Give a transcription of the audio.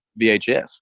VHS